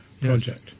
project